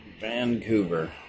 Vancouver